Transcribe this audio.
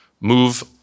move